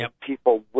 People